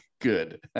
good